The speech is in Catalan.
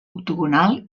octogonal